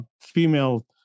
female